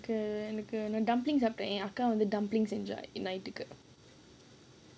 hmm எனக்கு நான்:enakku naan dumplings சாப்பிட்டேன் என்ன அக்கா வந்து:saapttaen en akka vandhu dumplings செஞ்சா:senjaa night ku